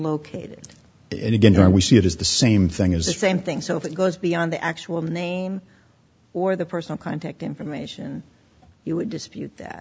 located and again here we see it is the same thing as the same thing so if it goes beyond the actual name or the personal contact information you would dispute that